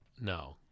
No